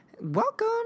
Welcome